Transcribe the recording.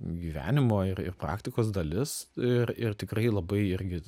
gyvenimo ir ir praktikos dalis ir ir tikrai labai irgi